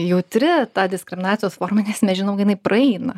jautri ta diskriminacijos forma nes nežinau jinai praeina